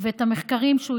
שקוראים לו